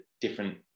different